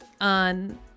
On